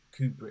Kubrick